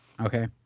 Okay